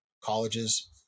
colleges